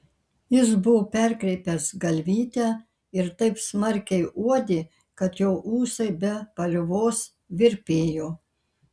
jis buvo perkreipęs galvytę ir taip smarkiai uodė kad jo ūsai be paliovos virpėjo